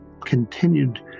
continued